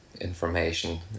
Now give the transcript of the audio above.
information